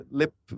lip